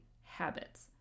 habits